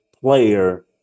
player